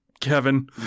Kevin